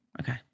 Okay